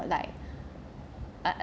like at a